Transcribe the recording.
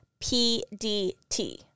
PDT